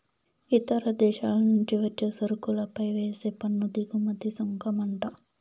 ఇతర దేశాల నుంచి వచ్చే సరుకులపై వేసే పన్ను దిగుమతి సుంకమంట